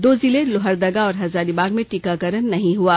दो जिले लोहरदगा और हजारीबाग में टीकाकरण नहीं हुआ